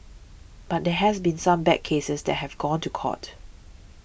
but there has been some bad cases that have gone to court